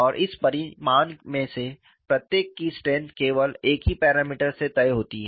और इस परिमाण में से प्रत्येक की स्ट्रेंथ केवल एक ही पैरामीटर से तय होती है